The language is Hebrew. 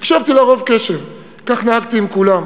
הקשבתי לה רוב קשב, כך נהגתי עם כולם,